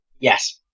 Yes